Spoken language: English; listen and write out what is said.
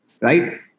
right